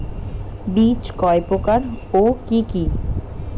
বীজ কয় প্রকার ও কি কি?